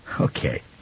Okay